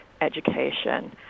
education